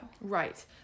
Right